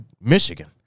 michigan